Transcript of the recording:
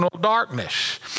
darkness